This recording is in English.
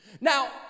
Now